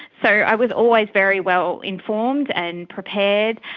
so i was always very well informed and prepared,